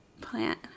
plant